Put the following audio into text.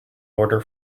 order